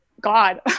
God